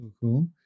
Cool